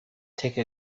take